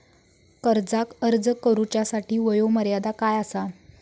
कर्जाक अर्ज करुच्यासाठी वयोमर्यादा काय आसा?